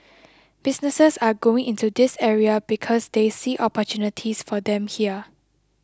businesses are going into this area because they see opportunities for them here